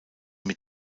mit